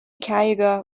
cayuga